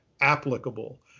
applicable